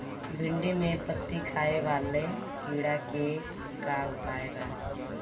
भिन्डी में पत्ति खाये वाले किड़ा के का उपाय बा?